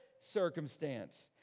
circumstance